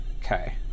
Okay